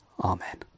Amen